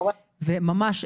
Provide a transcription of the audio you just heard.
ממש,